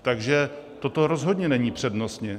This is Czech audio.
Takže toto rozhodně není přednostně.